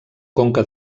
conca